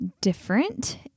different